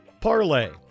parlay